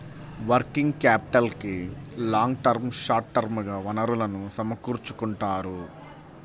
working క్యాపిటల్కి long term, short term గా వనరులను సమకూర్చుకుంటారు